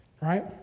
right